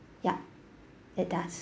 ya it does